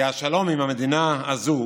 כי השלום עם המדינה הזו